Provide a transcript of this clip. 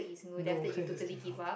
no then I just give up